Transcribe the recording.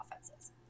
offenses